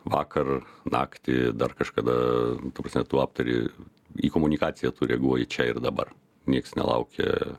vakar naktį dar kažkada ta prasme tu aptari į komunikaciją tu reaguoji čia ir dabar nieks nelaukia